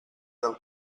del